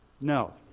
No